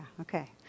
okay